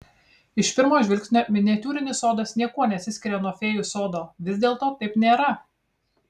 iš pirmo žvilgsnio miniatiūrinis sodas niekuo nesiskiria nuo fėjų sodo vis dėlto taip nėra